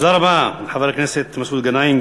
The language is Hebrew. תודה רבה לחבר הכנסת מסעוד גנאים,